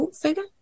figure